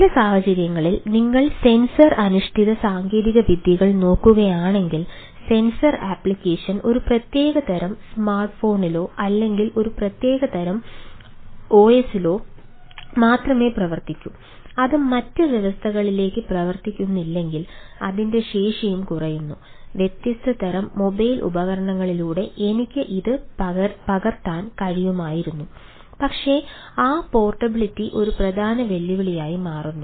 ചില സാഹചര്യങ്ങളിൽ നിങ്ങൾ സെൻസർ അധിഷ്ഠിത സാങ്കേതികവിദ്യകൾ നോക്കുകയാണെങ്കിൽ സെൻസർ ആപ്ലിക്കേഷൻ ഒരു പ്രധാന വെല്ലുവിളിയായി മാറുന്നു